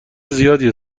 زیادی